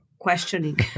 questioning